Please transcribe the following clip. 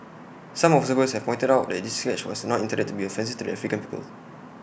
some observers have pointed out that this sketch was not intended to be offensive to the African people